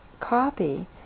copy